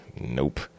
Nope